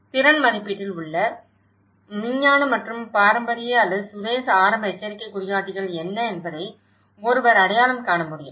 திறன் மதிப்பீட்டில் மற்றும் விஞ்ஞான மற்றும் பாரம்பரிய அல்லது சுதேச ஆரம்ப எச்சரிக்கை குறிகாட்டிகள் என்ன என்பதை ஒருவர் அடையாளம் காண முடியும்